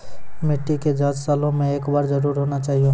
मिट्टी के जाँच सालों मे एक बार जरूर होना चाहियो?